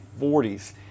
40s